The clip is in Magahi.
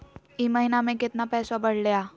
ई महीना मे कतना पैसवा बढ़लेया?